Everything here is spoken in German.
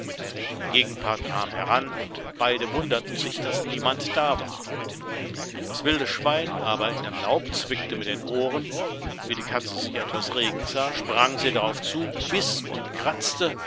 der gegenpart kam heran und beide wunderten sich daß niemand da war das wilde schwein aber in dem laub zwickte mit den ohren wie die katze sich etwas regen sah sprang sie drauf zu biß und kratzte